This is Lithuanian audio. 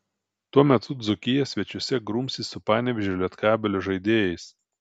tuo metu dzūkija svečiuose grumsis su panevėžio lietkabelio žaidėjais